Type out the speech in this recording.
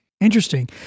Interesting